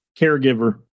caregiver